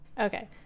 okay